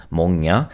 många